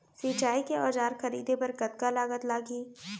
सिंचाई के औजार खरीदे बर कतका लागत लागही?